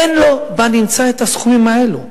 אין לו בנמצא הסכומים האלה.